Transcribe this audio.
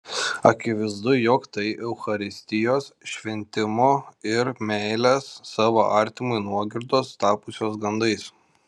akivaizdu jog tai eucharistijos šventimo ir meilės savo artimui nuogirdos tapusios gandais